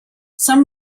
some